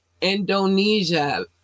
indonesia